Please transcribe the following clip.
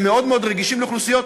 והם מאוד רגישים לאוכלוסיות,